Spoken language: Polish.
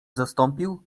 zastąpił